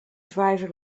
driver